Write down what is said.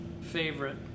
favorite